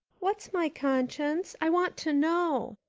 what's my conscience? i want to know.